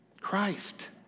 Christ